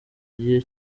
gihe